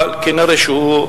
אבל כנראה הוא,